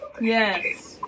Yes